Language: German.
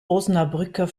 osnabrücker